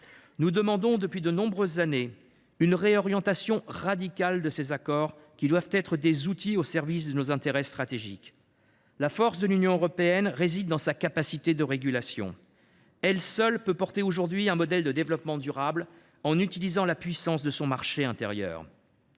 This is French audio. Nous demandons depuis de nombreuses années une réorientation radicale de ces accords, qui doivent être des outils au service de nos intérêts stratégiques. La force de l’Union européenne réside dans sa capacité de régulation. Elle seule peut défendre aujourd’hui un modèle de développement durable en utilisant la puissance de son marché intérieur.